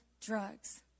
drugs